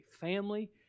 family